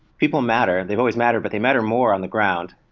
people matter, and they've always mattered, but they matter more on the ground.